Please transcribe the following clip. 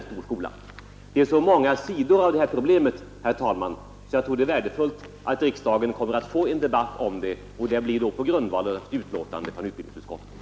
Detta problem har många sidor, herr talman, och jag tror det är värdefullt att riksdagen kan få en debatt om detta på grundval av ett betänkande från utbildningsutskottet.